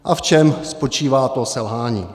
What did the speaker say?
A v čem spočívá to selhání?